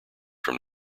from